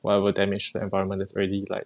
whatever damage the environment it's already like